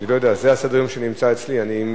לא יודע, זה סדר-היום שנמצא אצלי.